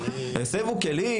הסבו כלים?